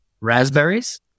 raspberries